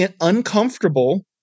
uncomfortable